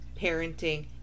parenting